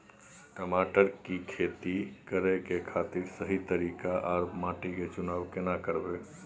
टमाटर की खेती करै के खातिर सही तरीका आर माटी के चुनाव केना करबै?